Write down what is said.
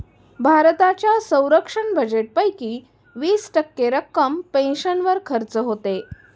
भारताच्या संरक्षण बजेटपैकी वीस टक्के रक्कम पेन्शनवर खर्च होते